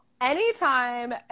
anytime